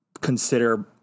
consider